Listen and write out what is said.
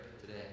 today